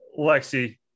Lexi